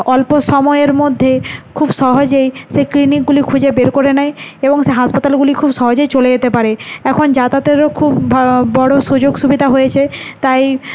অল্প সময়ের মধ্যে খুব সহজেই সে ক্লিনিকগুলি খুঁজে বের করে নেয় এবং সে হাসপাতালগুলি খুব সহজেই চলে যেতে পারে এখন যাতায়াতেরও খুব বড় সুযোগ সুবিধা হয়েছে তাই